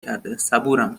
کرده، صبورم